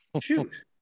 shoot